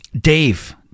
Dave